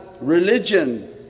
religion